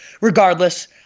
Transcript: Regardless